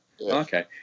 okay